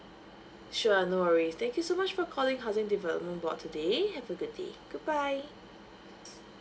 sure no worries thank you so much for calling housing development board today have a good day goodbye